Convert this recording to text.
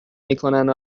میکنن